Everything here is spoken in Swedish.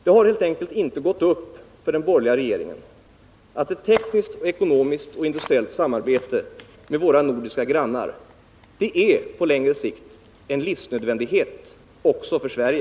Det har helt enkelt inte gått upp för den borgerliga regeringen att ett tekniskt, ekonomiskt och industriellt samarbete med våra nordiska grannar på längre sikt är en livsnödvändighet också för Sverige.